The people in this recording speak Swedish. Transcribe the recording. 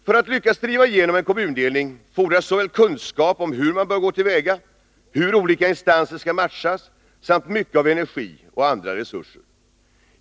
För att lyckas driva igenom en kommundelning fordras såväl kunskap om hur man bör gå till väga, hur olika instanser skall matchas som mycket av energi och andra resurser.